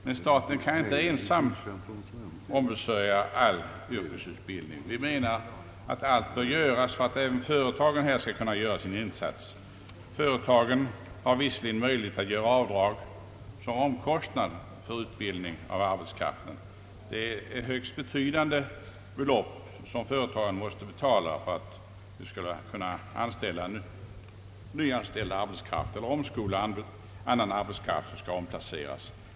Men staten ensam kan inte ombesörja all yrkesutbildning. Vi menar att allt bör göras för att även företagen här skall kunna göra sin insats. Företagen har visserligen möjlighet att göra avdrag som omkostnad för utbildning av arbetskraften. Det är högst betydande belopp som företagen måste betala för att kunna nyanställa arbetskraft eller omskola arbetskraft som skall omplaceras.